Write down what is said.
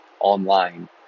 online